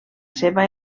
seva